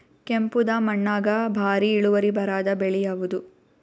ಕೆಂಪುದ ಮಣ್ಣಾಗ ಭಾರಿ ಇಳುವರಿ ಬರಾದ ಬೆಳಿ ಯಾವುದು?